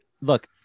Look